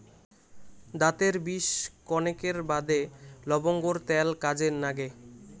দাতের বিষ কণেকের বাদে লবঙ্গর ত্যাল কাজে নাগে